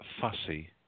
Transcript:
fussy